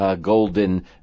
golden